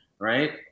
right